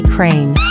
Crane